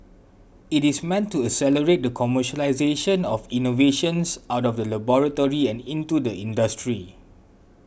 it is meant to accelerate the commercialisation of innovations out of the laboratory and into the industry